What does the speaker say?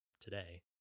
today